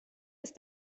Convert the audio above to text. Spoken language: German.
ist